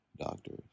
doctors